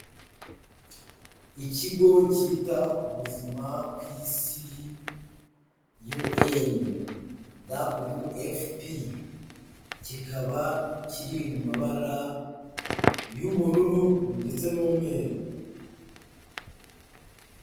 Ikigo cyita ku buzima ku isi UN WFP kikaba kiri mu mabara y'ubururu ndetse n'umweru.